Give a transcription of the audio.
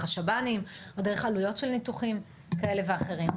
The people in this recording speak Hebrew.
השב"נים או דרך עלויות של ניתוחים כאלה ואחרים.